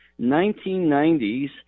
1990s